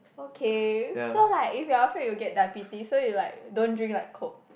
okay so like if you're afraid you will get diabetes so you like don't drink like coke